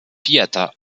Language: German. theater